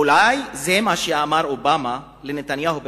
אולי זה מה שאמר אובמה לנתניהו בפגישה.